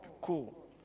cool